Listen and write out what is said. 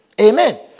Amen